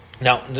Now